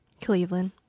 cleveland